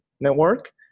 network